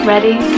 Ready